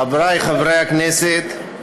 חבריי חברי הכנסת,